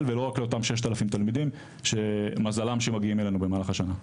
ולא רק לאותם 6000 תלמידים שמזלם שמגיעים אלינו במהלך השנה.